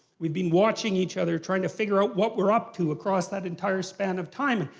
we've been watching each other trying to figure out what we're up to across that entire span of time,